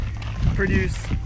produce